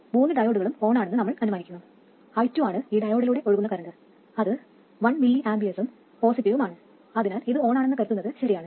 മൂന്ന് ഡയോഡുകളും ഓണാണെന്ന് നമ്മൾ അനുമാനിക്കുന്നു i2 ആണ് ഈ ഡയോഡിലൂടെ ഒഴുകുന്ന കറൻറ് ഇത് 1 mA യും പോസിറ്റീവും ആണ് അതിനാൽ ഇത് ഓണാണെന്ന് കരുതുന്നത് ശരിയാണ്